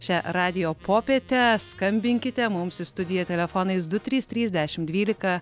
šią radijo popietę skambinkite mums į studiją telefonais du trys trys dešimt dvylika